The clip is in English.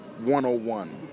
101